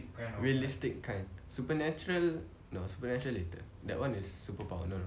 realistic kind supernatural no supernatural later that one is superpower no no